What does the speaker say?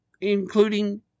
including